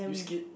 did you skid